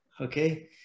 okay